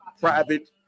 private